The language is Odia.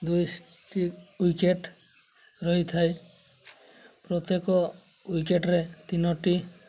ଦୁଇଟି ୱିକେଟ୍ ରହିଥାଏ ପ୍ରତ୍ୟେକ ୱିକେଟ୍ରେ ତିନୋଟି